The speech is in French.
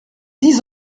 dix